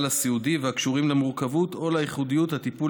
הסיעודי והקשורים למורכבות או לייחודיות הטיפול